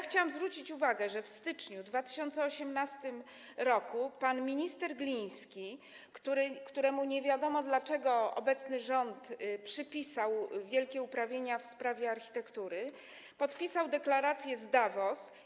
Chciałam zwrócić uwagę na to, że w styczniu 2018 r. pan minister Gliński, któremu nie wiadomo dlaczego obecny rząd przyznał wielkie uprawnienia w zakresie architektury, podpisał deklarację z Davos.